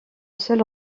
seul